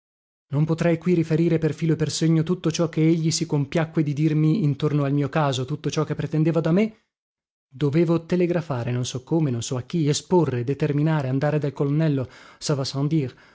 non potrei qui riferire per filo e per segno tutto ciò che egli si compiacque di dirmi intorno al mio caso tutto ciò che pretendeva da me dovevo telegrafare non so come non so a chi esporre determinare andare dal colonnello a va